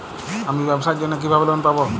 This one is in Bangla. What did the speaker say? আমি ব্যবসার জন্য কিভাবে লোন পাব?